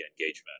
engagement